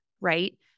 right